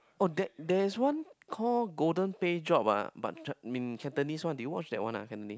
oh that there is one call Golden Pay Job ah but chi~ in Cantonese one did you watch that one ah Cantonese